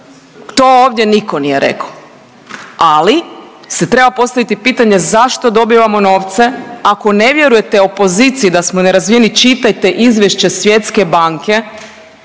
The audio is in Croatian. To ovdje nitko nije rekao. Ali se treba postaviti pitanje zašto dobivamo novce ako ne vjerujete opoziciji da smo nerazvijeni čitajte Izvješće Svjetske banke